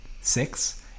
Six